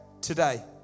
today